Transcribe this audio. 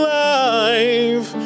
life